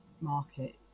market